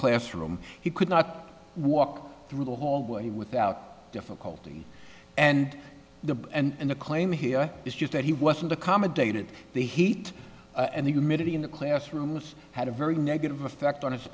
classroom he could not walk through the hallway without difficulty and the and the claim here is just that he wasn't accommodated the heat and humidity in the classrooms had a very negative effect on